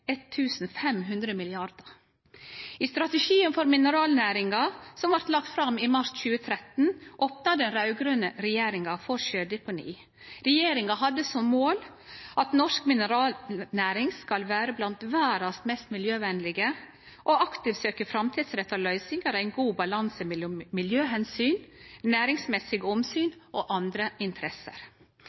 I strategien for mineralnæringa som blei lagt fram i mars 2013, opnar den raud-grøne regjeringa for sjødeponi. Regjeringa hadde som mål at norsk mineralnæring skulle vere blant verdas mest miljøvenlege, aktivt søkje framtidsretta løysingar og ha ein god balanse mellom miljøomsyn, næringsmessige omsyn og andre interesser.